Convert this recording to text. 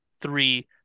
three